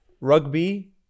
rugby